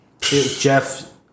Jeff